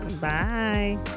Bye